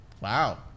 Wow